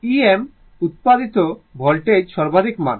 Em উত্পাদিত ভোল্টেজের সর্বাধিক মান